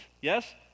Yes